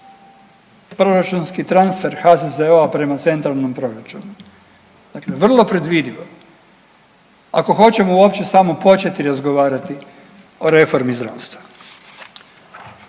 proračunski transfer HZZO-a prema centralnom proračunu, dakle vrlo predvidivo ako hoćemo uopće samo početi razgovarati o reformi zdravstva.